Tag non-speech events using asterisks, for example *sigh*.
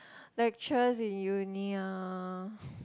*breath* lecturers in uni ah *noise*